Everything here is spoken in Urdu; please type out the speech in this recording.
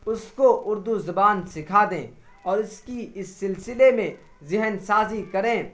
اس کو اردو زبان سکھا دیں اور اس کی اس سلسلہ میں ذہن سازی کریں